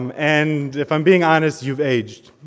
um and, if i'm being honest, you've aged.